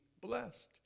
blessed